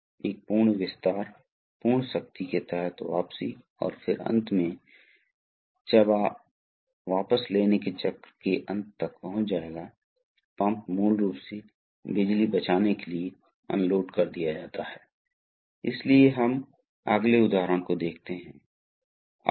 तो आप देखते हैं कि आप कल्पना कर सकते हैं कि मैं आपको यह दिखाने की कोशिश करूंगा कि मोटर की परिधि के साथ साथ परिधि के साथ ऐसे कई पिस्टन हैं इसलिए आप कर सकते हैं यदि आप एक क्रॉस सेक्शन लेते हैं आप इस आरेख को देख सकते हैं सही है